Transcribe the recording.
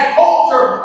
culture